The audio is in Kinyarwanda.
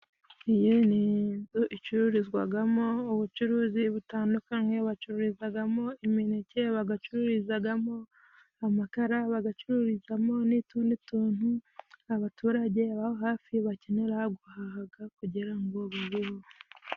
Iyi ni inzu icururizwagamo ubucuruzi butandukanye, bacururizagamo imineke, bagacururizagamo amakara, bagacururizamo n'utundi tuntu abaturage baba hafi bakenera guhahaga kugira ngo babeho.